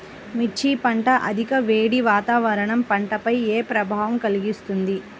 మిర్చి పంట అధిక వేడి వాతావరణం పంటపై ఏ ప్రభావం కలిగిస్తుంది?